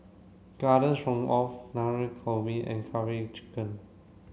Garden Stroganoff Navratan Korma and Karaage Chicken